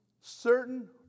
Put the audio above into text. certain